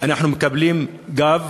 אנחנו מקבלים גב